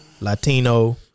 Latino